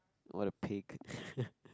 what a pig